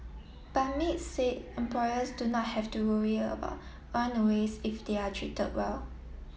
but maids say employers do not have to worry about runaways if they are treated well